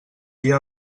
dia